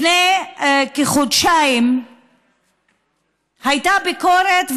לפני כחודשיים הייתה ביקורת,